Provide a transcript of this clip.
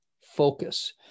focus